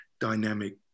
dynamic